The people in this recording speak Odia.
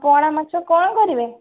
ପୋହଳା ମାଛ କ'ଣ କରିବେ